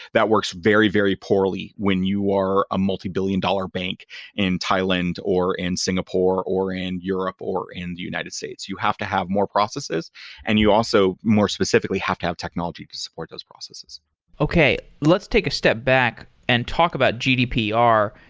that works very, very poorly when you wore a multibillion-dollar bank in thailand or in singapore or in europe or in the united states. you have to have more processes and you also more specifically have to have technologies for those processes okay. let's take a step back and talk about gdpr,